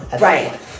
Right